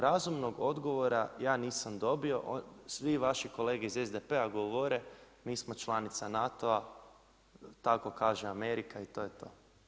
Razumnog odgovora ja nisam dobio, svi vaši kolege iz SDP-a govore mi smo članica NATO, kaže Amerika i to je to.